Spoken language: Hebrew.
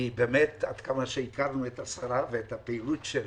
כי עד כמה שהכרנו את השרה ואת פעילותה,